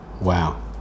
wow